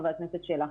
חבר הכנסת שלח.